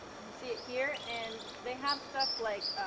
you can see it here, and they have stuff, like,